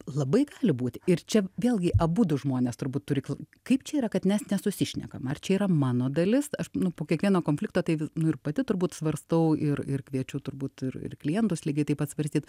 labai gali būt ir čia vėlgi abudu žmonės turbūt turi kl kaip čia yra kad mes nesusišnekam ar čia yra mano dalis aš nu po kiekvieno konflikto tai nu ir pati turbūt svarstau ir ir kviečiu turbūt ir ir klientus lygiai taip pat svarstyt